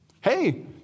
Hey